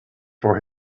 for